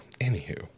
anywho